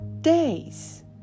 days